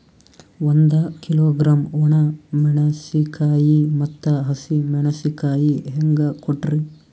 ಒಂದ ಕಿಲೋಗ್ರಾಂ, ಒಣ ಮೇಣಶೀಕಾಯಿ ಮತ್ತ ಹಸಿ ಮೇಣಶೀಕಾಯಿ ಹೆಂಗ ಕೊಟ್ರಿ?